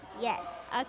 Yes